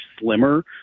slimmer